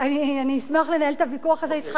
אני אשמח לנהל את הוויכוח הזה אתך,